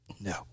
no